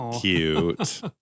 cute